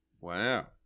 Wow